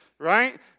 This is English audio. Right